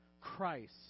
Christ